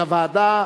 של הוועדה,